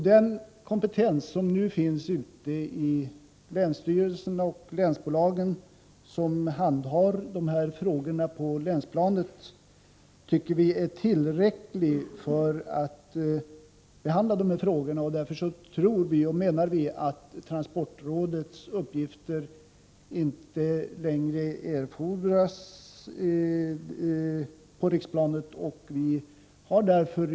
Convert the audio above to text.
Den kompetens som nu finns i länsstyrelserna och i de trafikbolag som handhar dessa frågor på länsplanet tycker vi är tillräcklig för de aktuella frågorna, och vi menar att transportrådets uppgifter på riksplanet inte längre erfordras.